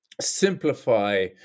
simplify